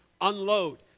unload